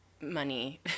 money